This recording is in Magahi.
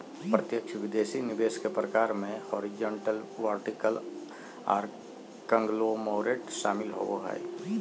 प्रत्यक्ष विदेशी निवेश के प्रकार मे हॉरिजॉन्टल, वर्टिकल आर कांगलोमोरेट शामिल होबो हय